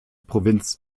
provinz